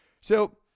So-